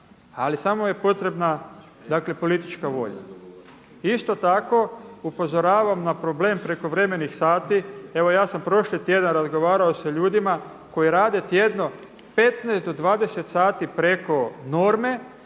ali samo je potrebna dakle politička volja. Isto tako, upozoravam na problem prekovremenih sati. Evo ja sam prošli tjedan razgovarao sa ljudima koji rade tjedno 15 do 20 sati preko norme